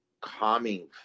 calming